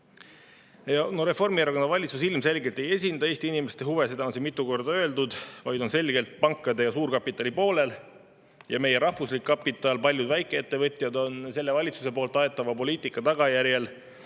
Reformierakonna valitsus ilmselgelt ei esinda Eesti inimeste huve – seda on siin mitu korda öeldud –, vaid on selgelt pankade ja suurkapitali poolel. Meie rahvuslik kapital, paljud väikeettevõtjad, on valitsuse aetava poliitika tagajärjel,